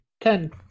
ten